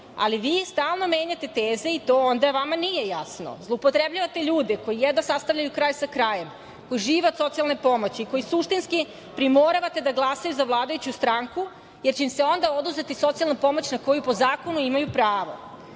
ali vi stalno menjate teze i to onda vama nije jasno. Zloupotrebljavate ljude koji jedva sastavljaju kraj sa krajem, koji žive od socijalne pomoći, koje suštinski primoravate da glasaju za vladajuću stranku, jer će im se onda oduzeti socijalna pomoć, na koju po zakonu ima pravo. Vaši